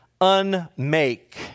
unmake